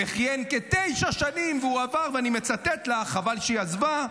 וכיהן כתשע שנים, אני מצטט לך, חבל שהיא עזבה: